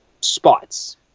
spots